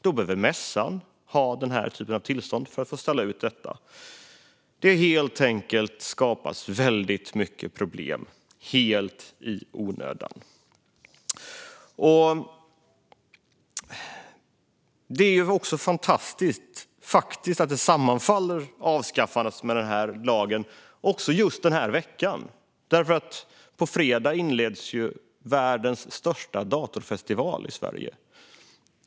Då behöver mässan ha den här typen av tillstånd för att få ställa ut det. Det skapas helt enkelt väldigt mycket problem helt i onödan. Det är fantastiskt att avskaffandet av lagen sammanfaller med just den här veckan. På fredag inleds världens största datorfestival, Dreamhack, i Sverige.